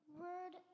word